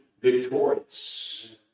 victorious